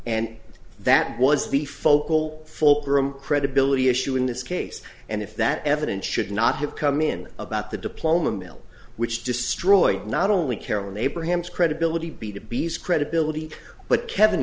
and that was the focal fulcrum credibility issue in this case and if that evidence should not have come in about the diploma mill which destroyed not only carolyn abrahams credibility be the bees credibility but kevin